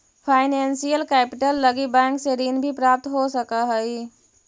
financial capital लगी bank से ऋण भी प्राप्त हो सकऽ हई